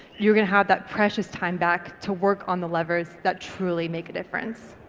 you're gonna have that precious time back to work on the levers that truly make a difference.